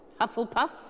Hufflepuff